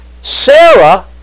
Sarah